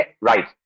Right